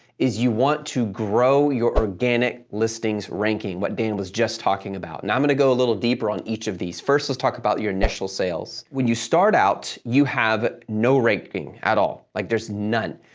is you want to grow your organic listings ranking, what dan was just talking about, and i'm going to go a little deeper on each of these. first, let's talk about your initial sales. when you start out, you have no ranking at all. like there's none.